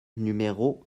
numéro